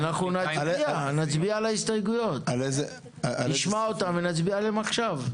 ההסתייגויות ונצביע עליהן עכשיו.